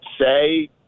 say